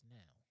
now